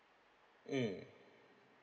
mm